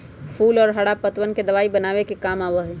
फूल और हरा पत्तवन के दवाई बनावे के काम आवा हई